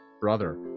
brother